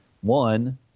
One